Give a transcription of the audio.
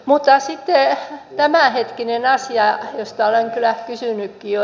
mutta sitten tämänhetkinen asia josta olen kyllä kysynytkin jo